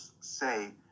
say